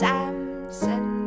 Samson